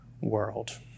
world